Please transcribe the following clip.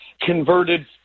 converted